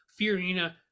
Fiorina